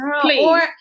Please